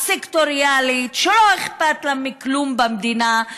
סקטוריאלית שלא אכפת לה מכלום במדינה,